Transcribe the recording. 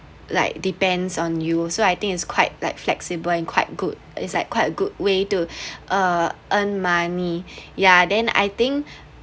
like depends on you so I think is quite like flexible and quite good it's like quite a good way to uh earn money ya then I think